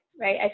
right